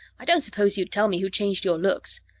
i don't suppose you'd tell me who changed your looks.